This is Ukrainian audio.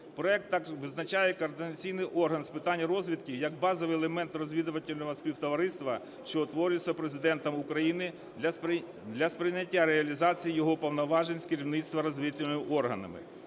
Проект також визначає координаційний орган з питань розвідки як базовий елемент розвідувального співтовариства, що утворюється Президентом України для сприяння реалізації його повноважень із керівництва розвідувальними органами,